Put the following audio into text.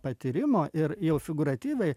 patyrimo ir jau figūratyviai